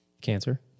Cancer